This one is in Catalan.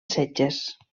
setges